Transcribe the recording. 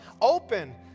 open